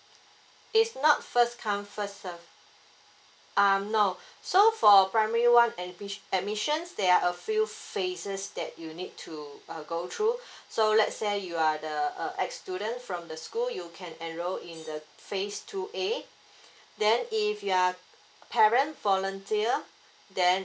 it's not first come first serve um no so for primary one and wish admissions there are a few phases that you need to uh go through so let's say you are the uh ex student from the school you can enroll in the phase two A then if you are parent volunteer then